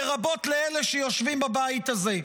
לרבות לאלה שיושבים בבית הזה.